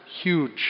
huge